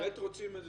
באמת רוצים את זה?